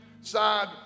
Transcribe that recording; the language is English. side